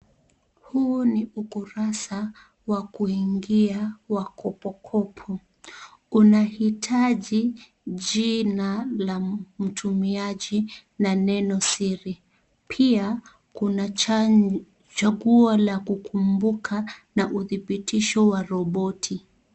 Huu ni ukurasa wa kuingia wa kopo kopo unahitaji jina la mtumiaji na neno siri pia kuna chaguo la kukumbuka na udhibitisho wa roboti.